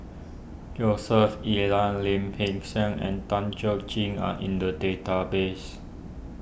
Joseph Elias Lim Peng Siang and Tan Chuan Jin are in the database